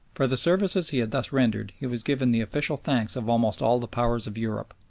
for the services he had thus rendered he was given the official thanks of almost all the powers of europe.